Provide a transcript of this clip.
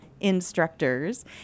instructors